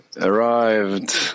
arrived